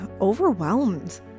overwhelmed